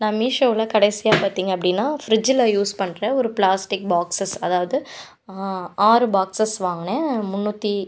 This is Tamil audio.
நான் மீஷோவில் கடைசியாக பார்த்தீங்க அப்படின்னா ஃபிரிட்ஜில் யூஸ் பண்ணுற ஒரு பிளாஸ்டிக் பாக்ஸஸ் அதாவது ஆறு பாக்ஸஸ் வாங்கினேன் முந்நூற்றி